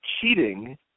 cheating –